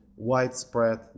widespread